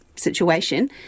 situation